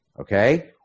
Okay